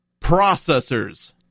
processors